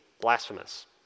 blasphemous